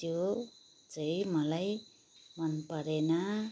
त्यो चाहिँ मलाई मनपरेन